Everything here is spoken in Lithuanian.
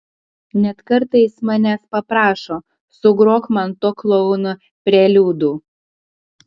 net kartais manęs paprašo sugrok man to klouno preliudų